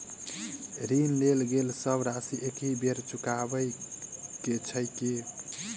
ऋण लेल गेल सब राशि एकहि बेर मे चुकाबऽ केँ छै की?